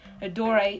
Adore